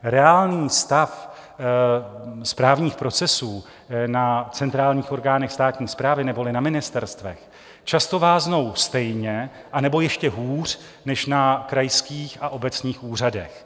Reálný stav správních procesů na centrálních orgánech státní správy neboli na ministerstvech často vázne stejně, anebo ještě hůř než na krajských a obecních úřadech.